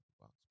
box